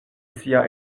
sia